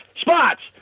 spots